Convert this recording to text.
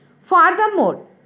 Furthermore